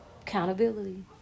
accountability